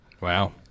Wow